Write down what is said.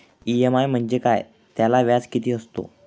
EMI म्हणजे काय? त्याला व्याज किती असतो?